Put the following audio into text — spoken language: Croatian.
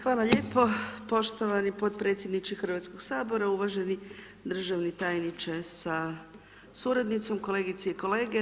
Hvala lijepo poštovani podpredsjedniče Hrvatskog sabora, uvaženi državni tajniče sa suradnicom, kolegice i kolege.